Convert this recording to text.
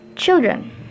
children